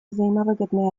взаимовыгодные